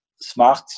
smart